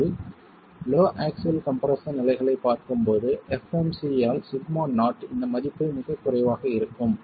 நீங்கள் low axial compression நிலைகளைப் பார்க்கும்போது fmc யால் சிக்மா நாட் இந்த மதிப்பு மிகக் குறைவாக இருக்கும்